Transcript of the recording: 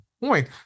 point